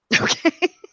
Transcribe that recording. Okay